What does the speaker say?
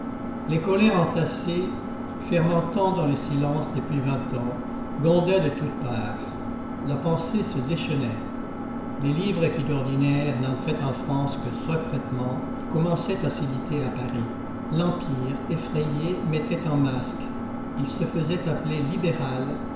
les colères entassées fermentant dans le silence depuis vingt ans grondaient de toutes parts la pensée se déchaînait les livres qui d'ordinaire n'entraient en france que secrètement commençaient à s'éditer à paris l'empire effrayé mettait un masque il se faisait appeler libéral